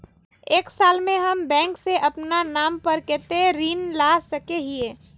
एक साल में हम बैंक से अपना नाम पर कते ऋण ला सके हिय?